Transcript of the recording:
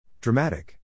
Dramatic